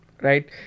right